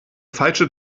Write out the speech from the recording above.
falsche